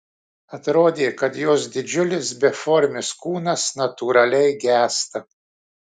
atrodė kad jos didžiulis beformis kūnas natūraliai gęsta